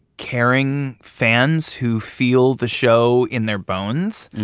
caring fans who feel the show in their bones.